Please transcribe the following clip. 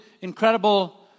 incredible